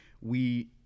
we-